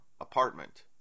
apartment